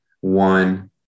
one